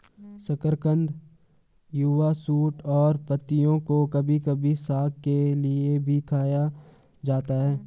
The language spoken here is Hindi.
शकरकंद युवा शूट और पत्तियों को कभी कभी साग के रूप में खाया जाता है